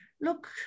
look